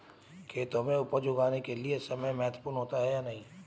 खेतों में उपज उगाने के लिये समय महत्वपूर्ण होता है या नहीं?